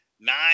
nine